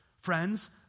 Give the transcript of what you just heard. Friends